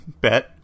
bet